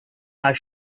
are